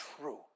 true